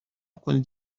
کنید